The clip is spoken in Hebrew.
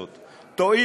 את השונות הזאת,